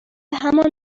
همان